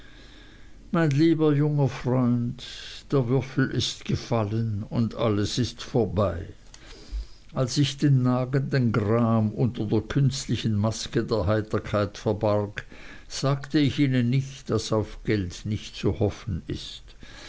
mein lieber junger freund der würfel ist gefallen und alles vorbei als ich den nagenden gram unter der künstlichen maske der heiterkeit verbarg sagte ich ihnen nicht daß auf geld nicht zu hoffen ist